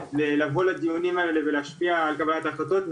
לבוא לדיונים האלה ולהשפיע על קבלת ההחלטות בהם,